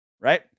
right